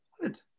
Good